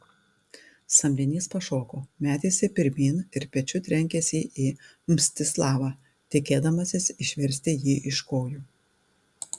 samdinys pašoko metėsi pirmyn ir pečiu trenkėsi į mstislavą tikėdamasis išversti jį iš kojų